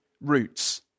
roots